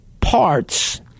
parts